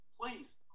please